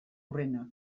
hurrena